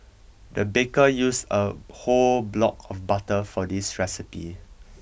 the baker used a whole block of butter for this recipe